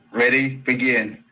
ready, begin.